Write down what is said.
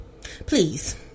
Please